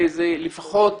לפחות